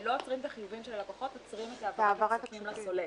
לא עוצרים את החיובים של הלקוחות אלא עוצרים את העברת הכספים לסולק,